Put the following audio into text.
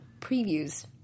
previews